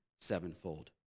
sevenfold